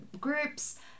groups